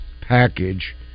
Package